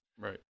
right